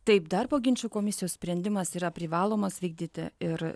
taip darbo ginčų komisijos sprendimas yra privalomas vykdyti ir